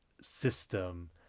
system